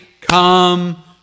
come